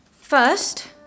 First